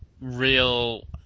real